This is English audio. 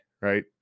right